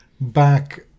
back